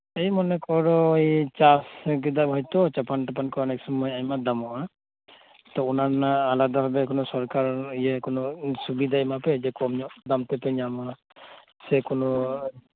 ᱮᱭ ᱢᱚᱱᱮ ᱠᱚᱨᱚ ᱮᱭ ᱪᱟᱥ ᱠᱮᱫᱟᱢ ᱦᱚᱭᱛᱚ ᱪᱟᱯᱟᱱ ᱴᱟᱯᱟᱱ ᱠᱚ ᱚᱱᱮᱠ ᱥᱳᱢᱳᱭ ᱟᱭᱢᱟ ᱫᱟᱢᱚᱜᱼᱟ ᱛᱚ ᱚᱱᱟ ᱨᱮᱱᱟᱜ ᱟᱞᱟᱫᱟ ᱵᱷᱟᱵᱮ ᱥᱚᱨᱠᱟᱨ ᱤᱭᱟᱹ ᱠᱚᱱᱚ ᱥᱩᱵᱤᱫᱷᱟᱭ ᱮᱢᱟ ᱯᱮᱭᱟ ᱠᱚᱢ ᱧᱚᱜ ᱫᱟᱢ ᱛᱮᱯᱮ ᱧᱟᱢᱟ ᱥᱮ ᱠᱚᱱᱚ